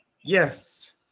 yes